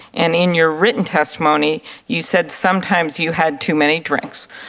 and in your written testimony you said, sometimes you had too many drinks.